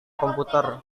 komputer